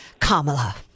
Kamala